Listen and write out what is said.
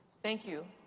thank you.